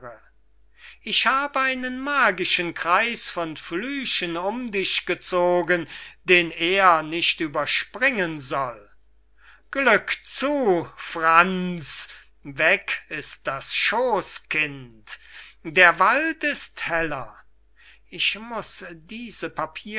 ich hab einen magischen kreis von flüchen um dich gezogen den er nicht überspringen soll glück zu franz weg ist das schooskind der wald ist heller ich muß diese